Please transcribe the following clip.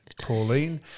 Pauline